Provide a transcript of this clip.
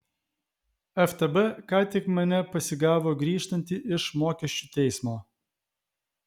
ftb ką tik mane pasigavo grįžtantį iš mokesčių teismo